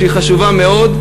שהיא חשובה מאוד,